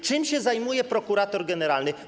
Czym się zajmuje prokurator generalny?